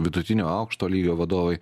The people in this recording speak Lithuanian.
vidutinio aukšto lygio vadovai